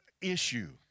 issue